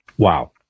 Wow